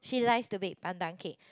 she likes to bake pandan cake